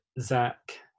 Zach